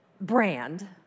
brand